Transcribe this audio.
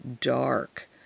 dark